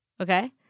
okay